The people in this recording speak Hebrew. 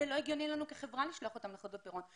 זה לא הגיוני לנו כחברה לשלוח אותם לחדלות פירעון.